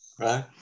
right